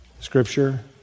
Scripture